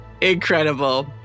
Incredible